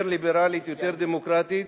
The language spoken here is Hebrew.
יותר ליברלית, יותר דמוקרטית.